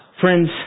Friends